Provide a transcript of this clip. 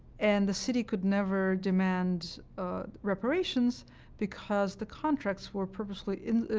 and the city could never demand reparations because the contracts were purposely